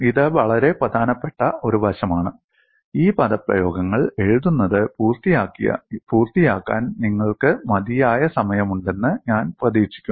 ഇത് വളരെ പ്രധാനപ്പെട്ട ഒരു വശമാണ് ഈ പദപ്രയോഗങ്ങൾ എഴുതുന്നത് പൂർത്തിയാക്കാൻ നിങ്ങൾക്ക് മതിയായ സമയമുണ്ടെന്ന് ഞാൻ പ്രതീക്ഷിക്കുന്നു